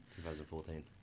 2014